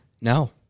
No